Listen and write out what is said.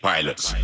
Pilots